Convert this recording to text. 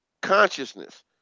consciousness